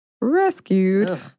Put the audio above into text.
rescued